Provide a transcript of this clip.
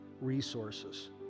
resources